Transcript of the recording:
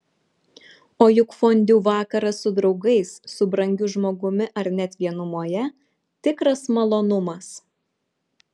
o juk fondiu vakaras su draugais su brangiu žmogumi ar net vienumoje tikras malonumas